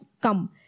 come